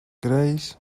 grace